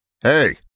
Hey